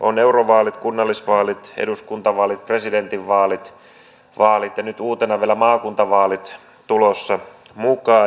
on eurovaalit kunnallisvaalit eduskuntavaalit presidentinvaalit ja nyt uutena vielä maakuntavaalit tulossa mukaan